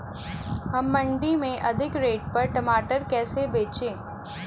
हम मंडी में अधिक रेट पर टमाटर कैसे बेचें?